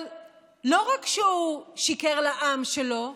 אבל לא רק שהוא שיקר לעם שלו,